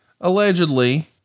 allegedly